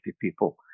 people